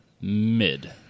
Mid